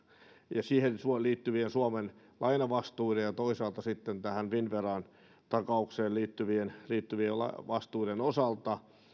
ja siihen liittyvien suomen lainavastuiden ja toisaalta finnveran takaukseen liittyvien liittyvien vastuiden osalta